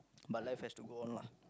but life has to go on lah